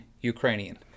Ukrainian